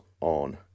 on